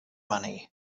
money